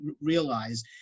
realize